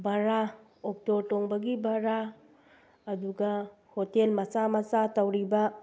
ꯕꯔꯥ ꯑꯣꯛꯇꯣ ꯇꯣꯡꯕꯒꯤ ꯕꯥꯔꯥ ꯑꯗꯨꯒ ꯍꯣꯇꯦꯜ ꯃꯆꯥ ꯃꯆꯥ ꯇꯧꯔꯤꯕ